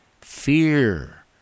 Fear